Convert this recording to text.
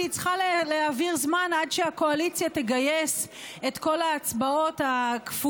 כי היא צריכה להעביר זמן עד שהקואליציה תגייס את כל ההצבעות הכפויות,